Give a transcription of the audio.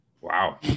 Wow